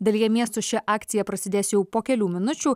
dalyje miestų ši akcija prasidės jau po kelių minučių